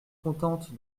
contente